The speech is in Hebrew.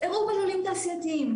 אירעו בלולים תעשייתיים.